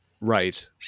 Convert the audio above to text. right